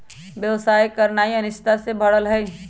व्यवसाय करनाइ अनिश्चितता से भरल हइ